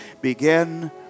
begin